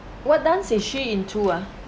what dance is she into ah